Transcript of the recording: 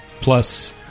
Plus